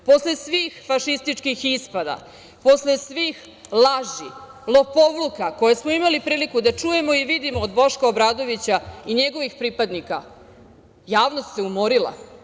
Posle svih fašističkih ispada, posle svih laži, lopovluka koje smo imali priliku da čujemo i vidimo od Boška Obradovića i njegovih pripadnika, javnost se umorila.